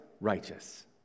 righteous